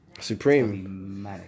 supreme